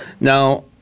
Now